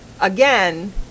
again